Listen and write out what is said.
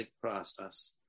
process